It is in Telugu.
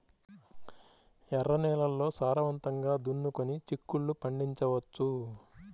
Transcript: ఎర్ర నేలల్లో సారవంతంగా దున్నుకొని చిక్కుళ్ళు పండించవచ్చు